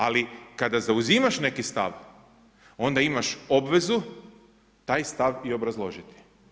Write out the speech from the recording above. Ali, kada zauzimaš neki stav, onda imaš obvezu taj stav i obrazložiti.